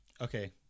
okay